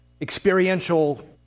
experiential